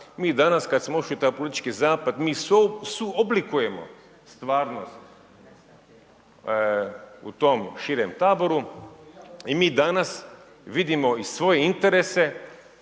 mi danas kada smo ušli u taj politički zapad, mi suoblikujemo stvarnost u tom širem taboru i mi danas vidimo i svoje interese